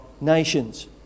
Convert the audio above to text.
nations